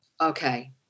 okay